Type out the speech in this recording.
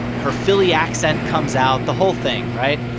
her philly accent comes out the whole thing, right?